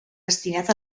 destinat